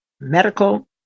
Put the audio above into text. medical